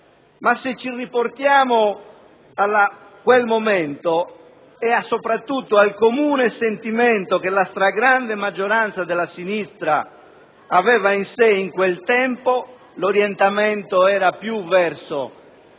se torniamo a quel momento e soprattutto al comune sentimento che la stragrande maggioranza della sinistra aveva in sé in quel tempo, constatiamo che allora